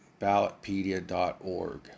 Ballotpedia.org